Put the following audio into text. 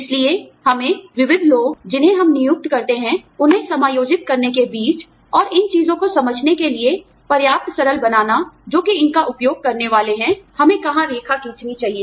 इसलिए हमें विविध लोग जिन्हें हम नियुक्त करते हैं उन्हें समायोजित करने के बीच और इन चीजों को समझने के लिए पर्याप्त सरल बनानाजो कि इनका उपयोग करने वाले हैं हमें कहां रेखा खींचना चाहिए